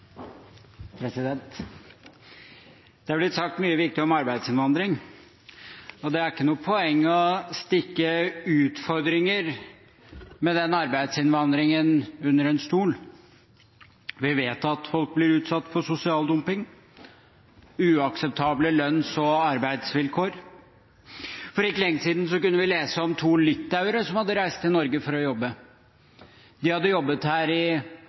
Det er blitt sagt mye viktig om arbeidsinnvandring. Det er ikke noe poeng å stikke under stol utfordringene med denne arbeidsinnvandringen. Vi vet at folk blir utsatt for sosial dumping – uakseptable lønns- og arbeidsvilkår. For ikke lenge siden kunne vi lese om to litauere som hadde reist til Norge for å jobbe. De hadde jobbet her i